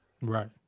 Right